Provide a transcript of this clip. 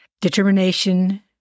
determination